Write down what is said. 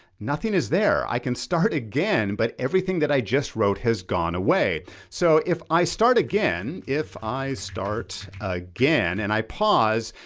nothing is there i can start again but everything that i just wrote has away. so, if i start again, if i start again and i pause,